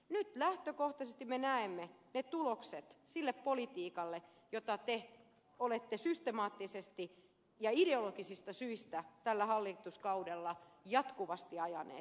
nyt lähtökohtaisesti me näemme tulokset siitä politiikasta jota te olette systemaattisesti ja ideologisista syistä tällä hallituskaudella jatkuvasti ajaneet